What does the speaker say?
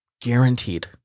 Guaranteed